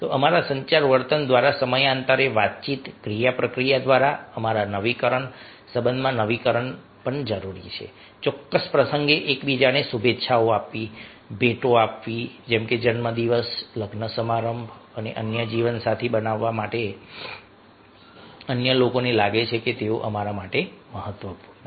અમારા સંચાર વર્તન દ્વારા સમયાંતરે વાતચીત ક્રિયાપ્રતિક્રિયા દ્વારા અમારા નવીકરણ સંબંધમાં નવીકરણ પણ જરૂરી છે ચોક્કસ પ્રસંગે એકબીજાને શુભેચ્છાઓ આપવી ભેટો જેમ કે જન્મદિવસ લગ્ન સમારંભ અને અન્ય જીવનસાથી બનાવવા માટે અન્ય લોકોને લાગે છે કે તેઓ અમારા માટે મહત્વપૂર્ણ છે